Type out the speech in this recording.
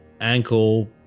ankle